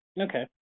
Okay